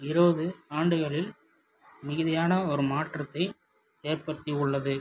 இருபது ஆண்டுகளில் மிகுதியான ஒரு மாற்றத்தை ஏற்படுத்தியுள்ளது